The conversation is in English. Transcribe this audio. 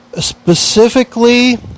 Specifically